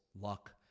luck